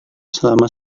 selama